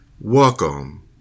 Welcome